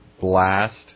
Blast